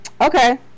okay